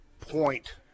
point –